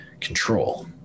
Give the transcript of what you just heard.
control